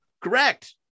correct